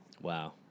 Wow